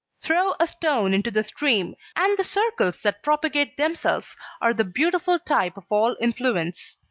throw a stone into the stream, and the circles that propagate themselves are the beautiful type of all influence.